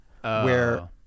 where-